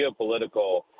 geopolitical